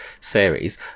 series